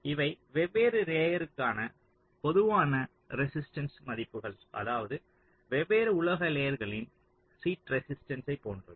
இவை வெவ்வேறு லேயர்களுக்கான பொதுவான ரெசிஸ்டன்ஸ் மதிப்புகள் அதாவது வெவ்வேறு உலோக லேயர்களின் சீட் ரெசிஸ்டன்ஸ்யை போன்றது